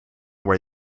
where